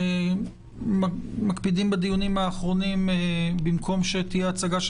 אנחנו מקפידים בדיונים האחרונים על כך שבמקום שתהיה הצגה של